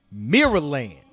Mirrorland